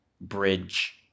bridge